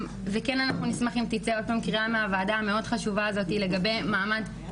ואנחנו נשמח אם תצא עוד פעם קריאה מהוועדה המאוד חשובה הזאת לגבי הדרישה